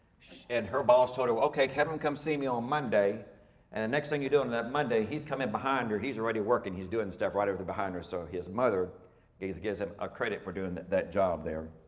and her boss told her, okay, kevin come see me on monday. and the next thing you do on that monday he's coming behind her. he's already working, he's doing stuff right over there behind her. so his mother gives gives him a credit for doing that that job there.